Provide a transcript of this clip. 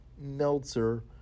Meltzer